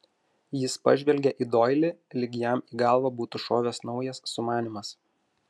jis pažvelgė į doilį lyg jam į galvą būtų šovęs naujas sumanymas